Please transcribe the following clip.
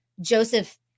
Joseph